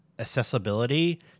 Accessibility